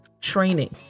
training